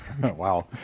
Wow